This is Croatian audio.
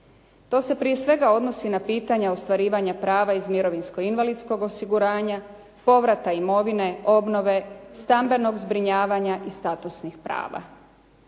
To se prije svega odnosi na pitanja ostvarivanja prava iz mirovinsko-invalidskog osiguranja, povrata imovine, obnove, stambenog zbrinjavanja i statusnih prava.